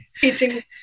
teaching